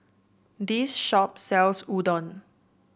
this shop sells Udon